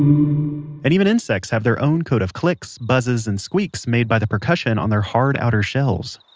and even insects have their own code of clicks, buzzes, and squeaks made by the percussion on their hard outer shells